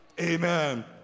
Amen